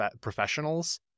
professionals